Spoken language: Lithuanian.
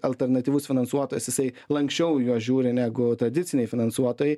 alternatyvus finansuotojas jisai lanksčiau į juos žiūri negu tradiciniai finansuotojai